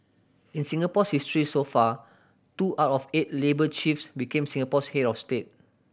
in Singapore's history so far two out of eight labour chiefs became Singapore's head of state